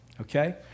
okay